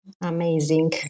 Amazing